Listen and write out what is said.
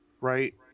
right